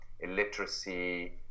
illiteracy